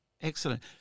Excellent